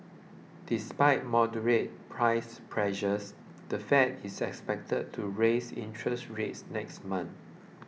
despite moderate price pressures the Fed is expected to raise interest rates next month